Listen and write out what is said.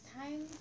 time